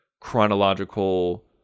chronological